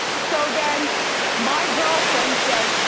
so then my girlfriend says,